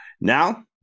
Now